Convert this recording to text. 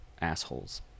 assholes